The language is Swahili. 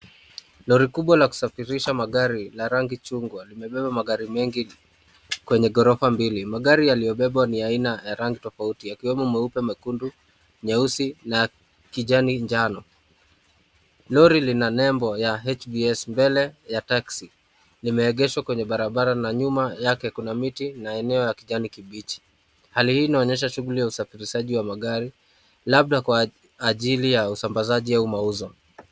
Lori kubwa la kusafirisha magari la rangi chungwa limebeba magari mengi kwenye gorofa mbili. Magari yaliyobebwa ni aina ya rangi tofauti yakiwemo meupe mekundu, nyeusi na kijani njano. Lori lina nembo ya HBS mbele ya Taxi limeegeshwa kwenye barabara na nyuma yake kuna miti na eneo ya kijani kibichi. Hali hii inaonyesha shughuli ya usafirishaji wa magari labda kwa ajili ya usambazaji au mauzo.